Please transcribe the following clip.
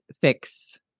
fix